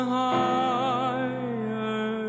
higher